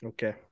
Okay